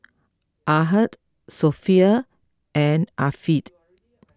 Ahad Sofea and Afiq